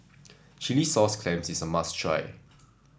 Chilli Sauce Clams is a must try